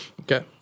Okay